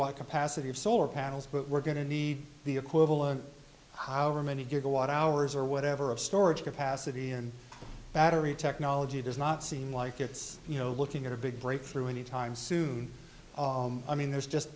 gigawatt capacity of solar panels but we're going to need the equivalent however many gigawatt hours or whatever of storage capacity and battery technology does not seem like it's you know looking at a big breakthrough anytime soon i mean